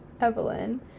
Evelyn